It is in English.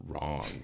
wrong